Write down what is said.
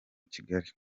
kigali